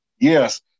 Yes